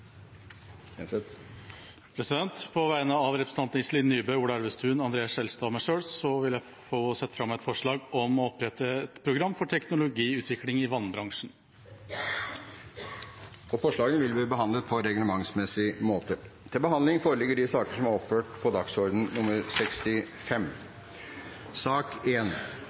På vegne av representantene Iselin Nybø, Ola Elvestuen, André N. Skjelstad og meg selv vil jeg framsette et forslag om å opprette et program for teknologiutvikling i vannbransjen. Forslagene vil bli behandlet på reglementsmessig måte.